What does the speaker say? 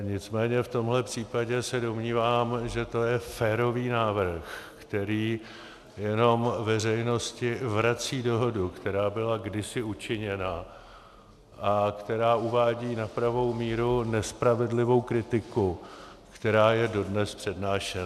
Nicméně v tomhle případě se domnívám, že to je férový návrh, který jenom veřejnosti vrací dohodu, která byla kdysi učiněna a která uvádí na pravou míru nespravedlivou kritiku, která je dodnes přednášena.